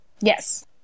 Yes